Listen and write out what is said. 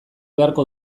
beharko